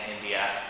India